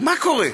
מה קורה?